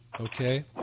okay